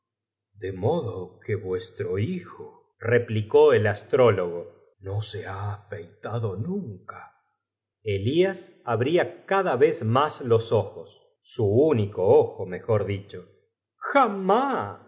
dtj modo que vuestro hijo replicó el astrólogo no se ha afei tado nunca e lias abría cada vez más los ojos su único ojo mejor dicho jamas